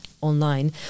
online